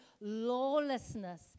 lawlessness